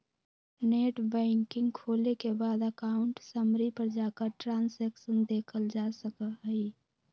net banking खोले के बाद अकाउंट समरी पर जाकर ट्रांसैक्शन देखलजा सका हई